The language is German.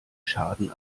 schaden